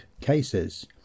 cases